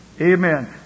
Amen